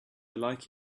like